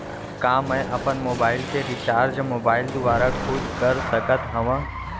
का मैं अपन मोबाइल के रिचार्ज मोबाइल दुवारा खुद कर सकत हव?